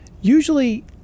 usually